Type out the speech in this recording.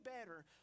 better